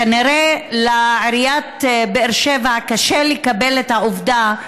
כנראה לעיריית באר שבע קשה לקבל את העובדה,